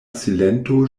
silento